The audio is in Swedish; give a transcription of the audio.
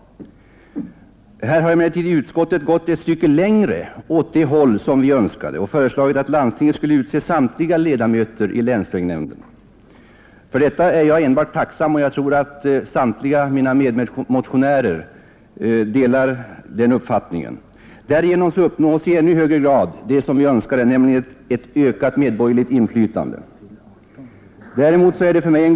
Här har emellertid utskottet gått ett stycke längre åt det håll som vi önskar och föreslagit att landstinget skulle utse samtliga ledamöter i länsvägnämnden. För detta är jag enbart tacksam, och jag tror att samtliga mina medmotionärer också är det. Därigenom uppnås i ännu högre grad det som vi önskade, nämligen ett ökat medborgerligt inflytande. Däremot är det för mig en gåta hur de socialdemokratiska reservanterna kan tro att departementschefens förslag skulle kunna öka medborgarinflytandet. Länsstyrelsen skall, som redan har påpekats av herr Dahlgren, utse sitt eget rådgivande organ. Att en sådan ordning skulle innebära en högre grad av medborgarinflytande än om det folkvalda landstinget utser länsvägnämnden är mycket svårt att inse.